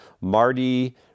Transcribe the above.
Marty